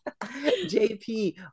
JP